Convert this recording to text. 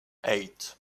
eight